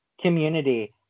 community